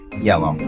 yellow.